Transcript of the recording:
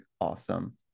awesome